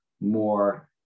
more